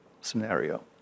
scenario